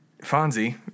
Fonzie